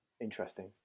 Interesting